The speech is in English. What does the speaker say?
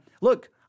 look